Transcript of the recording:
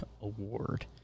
Award